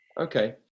Okay